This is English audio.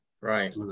right